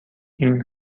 این